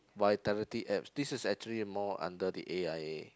Vitality apps this is actually a more under the A_I_A